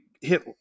hit